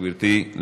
גברתי,